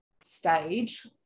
stage